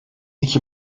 iki